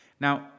Now